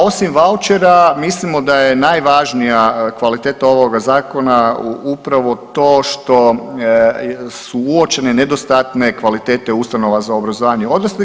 Osim vaučera mislimo da je najvažnija kvaliteta ovog zakona upravo to što su uočene nedostatne kvalitete ustanova za obrazovanje odraslih.